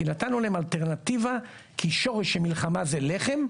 כי נתנו להם אלטרנטיבה כי שורש המלחמה זה לחם,